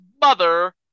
mother